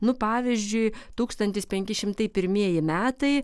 nu pavyzdžiui tūkstantis penki šimtai pirmieji metai